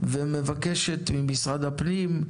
ומבקשת ממשרד הפנים,